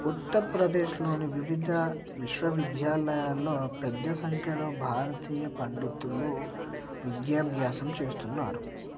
ఉత్తర ప్రదేశ్లోని వివిధ విశ్వవిద్యాలయాల్లో పెద్ద సంఖ్యలో భారతీయ పండితులు విద్యాభ్యాసం చేస్తున్నారు